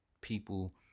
people